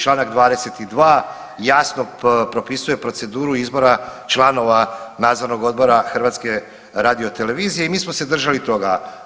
Čl 22. jasno propisuje proceduru izbora članova Nadzornog odbora HRT-a i mi smo se držali toga.